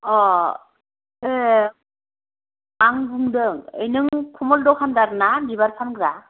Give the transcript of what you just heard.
अ ए आं बुंदों ए नों कमल दखानदार ना बिबार फानग्रा